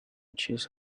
cheese